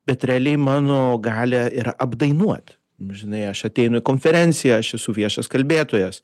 bet realiai mano galia yra apdainuot žinai aš ateinu į konferenciją aš esu viešas kalbėtojas